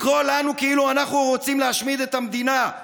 לקרוא לנו כאילו אנחנו רוצים להשמיד את המדינה,